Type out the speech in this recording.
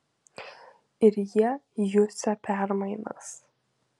ir jie jusią permainas